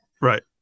Right